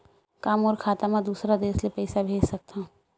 का मोर खाता म दूसरा देश ले पईसा भेज सकथव?